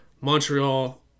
Montreal